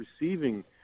receiving